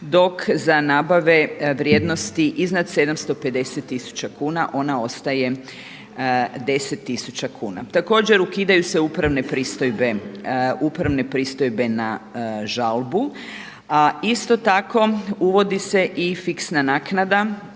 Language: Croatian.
dok sa nabave vrijednosti iznad 750 tisuća kuna ona ostaje deset tisuća kuna. Također ukidaju se upravne pristojbe na žalbu, a isto tako uvodi se i fiksna naknada